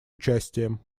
участием